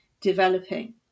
developing